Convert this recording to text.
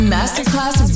Masterclass